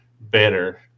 better